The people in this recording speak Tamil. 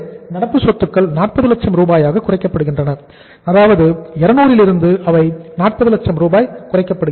எனவே நடப்பு சொத்துக்கள் 40 லட்சம் ரூபாயாக குறைக்கப்படுகின்றன அதாவது 200 லிருந்து அவை 40 லட்சம் ரூபாய் குறைக்கப்படுகின்றன